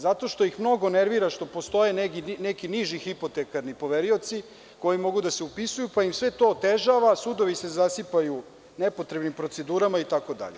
Zato što ih mnogo nervira što postoje neki niži hipotekarni poverioci koji mogu da se upisuju pa ima sve to otežava, sudovi se zasipaju nepotrebnim procedurama itd.